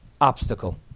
obstacle